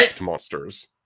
monsters